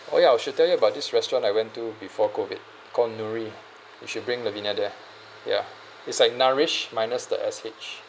oh ya I should tell you about this restaurant I went to before COVID called Nouri you should bring lavina there ya it's like nourish minus the s h